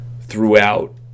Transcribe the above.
throughout